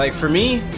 like for me